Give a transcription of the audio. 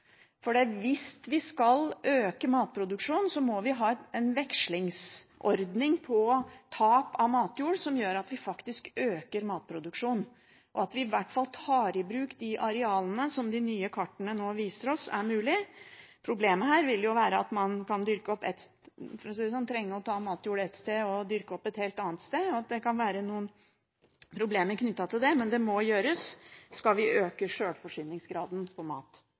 vi faktisk øker matproduksjonen, og at vi i hvert fall tar i bruk de arealene som de nye kartene nå viser oss er mulig. Problemet her vil jo være at man kan trenge å ta matjord ett sted og dyrke opp et helt annet sted. Det kan være noen problemer knyttet til det, men det må gjøres skal vi øke sjølforsyningsgraden av mat.